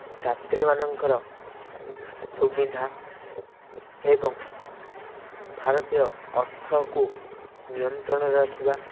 ଯାତ୍ରୀମାନଙ୍କର ସୁବିଧା ଏବଂ ଭାରତୀୟ ଅର୍ଥକୁ ନିୟନ୍ତ୍ରଣରେ ରଖିବା